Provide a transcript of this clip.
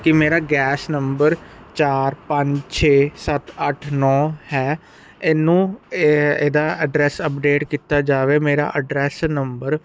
ਕੀ ਮੇਰਾ gas number ਚਾਰ ਪੰਜ ਛੇ ਸੱਤ ਅੱਠ ਨੌ ਹੈ ਇਹਨੂੰ ਇਹਦਾ ਐਡਰੈਸ ਅਪਡੇਟ ਕੀਤਾ ਜਾਵੇ ਮੇਰਾ ਐਡਰੈਸ ਨੰਬਰ